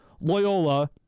Loyola